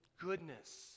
Goodness